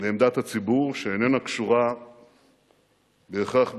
לעמדת הציבור, שאיננה קשורה בהכרח בסגנון,